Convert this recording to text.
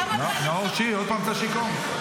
--- נאור שירי, עוד פעם אתה שיכור?